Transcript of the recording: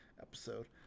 episode